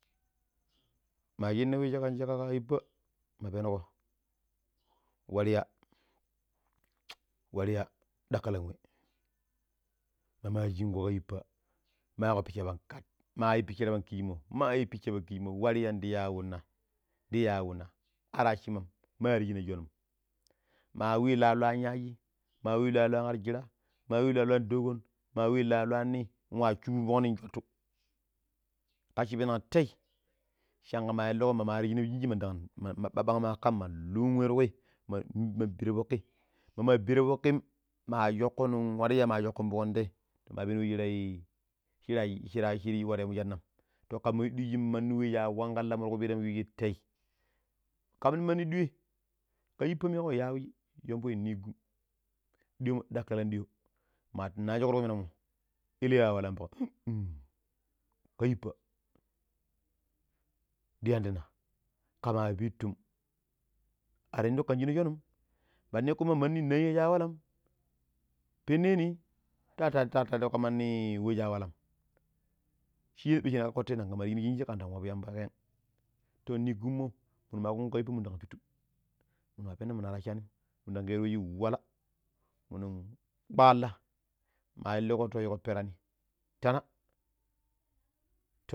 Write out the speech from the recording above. Ma shinna we shi kan shikka ka yippa ma penko warya warya dakkilan we. Mama shinko ka yippa ma yikko pashira pan kat ma yi pinshire pan kishimo ma yu pisha pan kishimo warya di yawuna ndi yawana ar wassimam man shina soonom. Ma wai la lwum yaji ma wei lwun arjura, ma wei la lwun arjura, ma wei la lwun dookon, ma we la lwun ni ma subun fokni nsukkutu kassi penan tei sanga ma ilikko mama shinema shinji babban ma kama man lung wei ti ki. Man man biiran fokui, mamo biro fokkin ma sooko nin warya ma sonko fondi tai ma peno we shirai shira shira she waryammo sannam. To kuma weidijin mandi wa shii a wankilan ti kupirammo shooje tai kam nin mandi duyoi ka yippa mego yawuji sa soomboo nigum. Duyo mo dakkilan ɗuyo mati nashiko ti ku mina mo ele a walam pan em ma ka yippa din yandina kama pittu har indukom kan shina soonon mandi kuma mandi ninya shi a walam penneni ta tataatteko ka mandi we shi a walam. Shene ni ɓashe ni kakko teii nanka mari shina shinji kandan wapu yamba keeng. To nigummoi minu ma kungo ka yippa minu ndan pittu minu ma penna, minu ar wassanim minu dan kero we shin wala minun kpaala ma ilikko yiko perani taana.